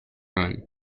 run